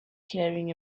carrying